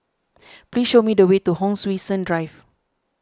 please show me the way to Hon Sui Sen Drive